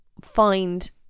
find